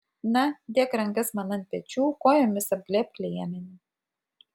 na dėk rankas man ant pečių kojomis apglėbk liemenį